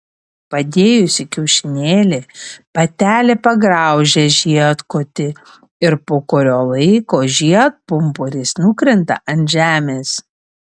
padėjusi kiaušinėlį patelė pagraužia žiedkotį ir po kurio laiko žiedpumpuris nukrenta ant žemės